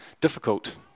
difficult